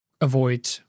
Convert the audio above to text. avoid